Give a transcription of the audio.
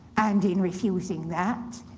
and, in refusing that,